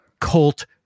cult